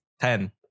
ten